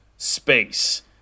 space